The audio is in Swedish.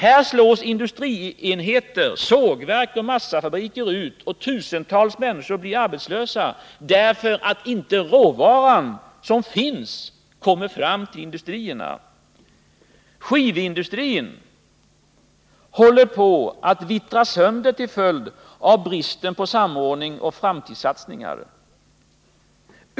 Här slås industrienheter — sågverk och massafabriker — ut, och tusentals människor blir arbetslösa därför att inte råvaran — som finns — kommer fram till industrierna. Skivindustrin håller på att vittra sönder till följd av bristen på samordning och framtidssatsningar.